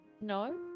No